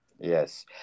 yes